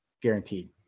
guaranteed